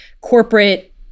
corporate